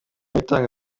witanga